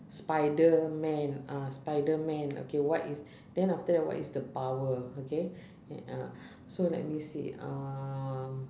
spiderman ah spiderman okay what is then after that what is the power okay uh so let me see um